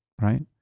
Right